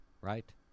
Right